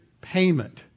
payment